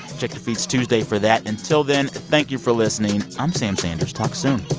check your feeds tuesday for that. until then, thank you for listening. i'm sam sanders. talk soon